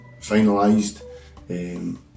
finalised